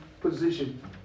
position